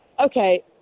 okay